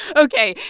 ok,